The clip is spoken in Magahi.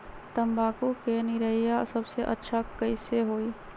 तम्बाकू के निरैया सबसे अच्छा कई से होई?